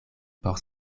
por